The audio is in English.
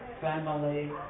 family